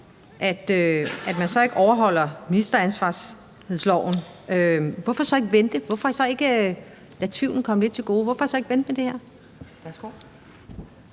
at man ikke overholder ministeransvarlighedsloven, hvorfor så ikke vente? Hvorfor så ikke lade tvivlen